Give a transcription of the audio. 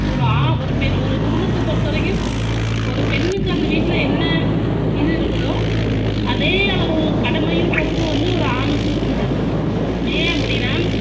ஒரு ஆ ஒரு பெண் ஒரு குடும்பத்தை பொறுத்த வரைக்கும் ஒரு பெண்ணுக்கு அந்த வீட்டில் என்ன இது இருக்குதோ அதே அளவு கடமையும் பொறுப்பும் வந்து ஒரு ஆணுக்கு இருக்குது ஏன் அப்படினா